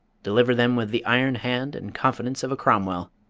deliver them with the iron hand and confidence of a cromwell.